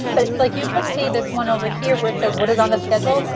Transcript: but like you can see this one over here where it says what is on the schedule.